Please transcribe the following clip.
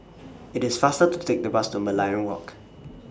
IT IS faster to Take The Bus to Merlion Walk